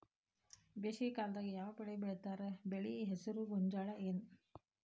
ಬೇಸಿಗೆ ಕಾಲದಾಗ ಯಾವ್ ಬೆಳಿ ಬೆಳಿತಾರ, ಬೆಳಿ ಹೆಸರು ಗೋಂಜಾಳ ಏನ್?